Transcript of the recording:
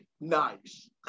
Nice